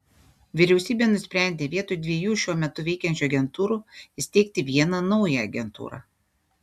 vyriausybė nusprendė vietoj dviejų šiuo metu veikiančių agentūrų įsteigti vieną naują agentūrą